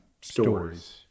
stories